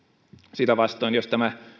sitä vastoin jos